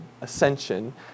ascension